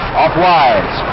off-wise